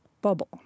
bubble